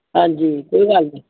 ਹਾਂਜੀ ਕੋਈ ਗੱਲ ਨਹੀਂ